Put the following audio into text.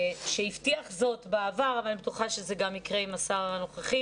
שהבטיח זאת בעבר ואני בטוחה שזה גם יקרה עם השר הנוכחי